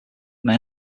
men